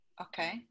Okay